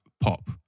pop